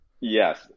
Yes